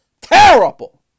Terrible